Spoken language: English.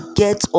get